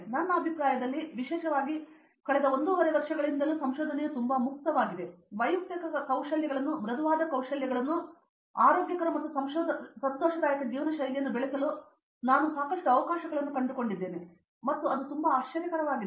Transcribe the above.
ನನ್ನ ಅಭಿಪ್ರಾಯದಲ್ಲಿ ಮತ್ತು ವಿಶೇಷವಾಗಿ ಕಳೆದ ಒಂದೂವರೆ ವರ್ಷಗಳಿಂದಲೂ ಸಂಶೋಧನೆಯು ತುಂಬಾ ಮುಕ್ತವಾಗಿದೆ ವೈಯಕ್ತಿಕ ಕೌಶಲ್ಯಗಳನ್ನು ಮೃದುವಾದ ಕೌಶಲ್ಯಗಳನ್ನು ಮತ್ತು ಆರೋಗ್ಯಕರ ಮತ್ತು ಸಂತೋಷದಾಯಕ ಜೀವನಶೈಲಿಯನ್ನು ಬೆಳೆಸಲು ನಾನು ಸಾಕಷ್ಟು ಅವಕಾಶಗಳನ್ನು ಕಂಡುಕೊಂಡಿದ್ದೇನೆ ಮತ್ತು ಅದು ತುಂಬಾ ಆಶ್ಚರ್ಯಕರವಾಗಿದೆ